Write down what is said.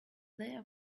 their